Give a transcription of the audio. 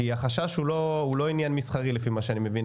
כי החשש הוא לא עניין מסחרי לפי מה שאני מבין,